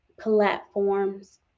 platforms